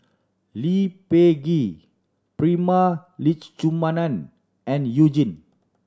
Lee Peh Gee Prema Letchumanan and You Jin